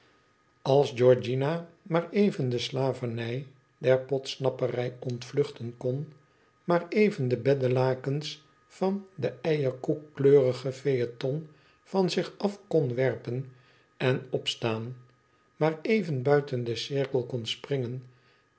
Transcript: als georgiana maar even de slavernij der podsnapperij ontvluchten kon maar evendebeddelakens van den eierkoek kleurigen phaëton van zich af kon werpen en opstaan maar even buiten den cirkel kon springen